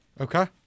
Okay